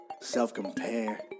Self-compare